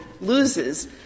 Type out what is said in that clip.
loses